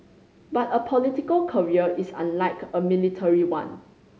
but a political career is unlike a military one